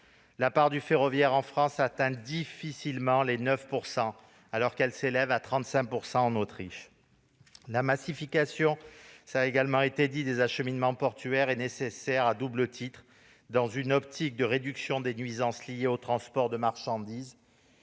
La part du ferroviaire en France atteint difficilement les 9 %, alors qu'elle s'élève à 35 % en Autriche. La massification des acheminements portuaires est nécessaire à double titre : dans une optique de réduction des nuisances liées au transport de marchandises